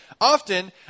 often